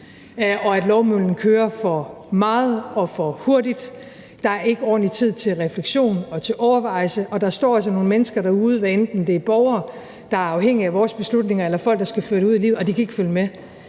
og at lovmøllen kører for meget og for hurtigt. Der er ikke ordentlig tid til refleksion og til overvejelse, og der står altså nogle mennesker derude – hvad enten det er borgere, der er afhængige af vores beslutninger, eller folk, der skal føre det ud i livet – der ikke kan følge med.